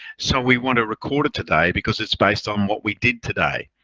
so we want to record it today because it's based on what we did today.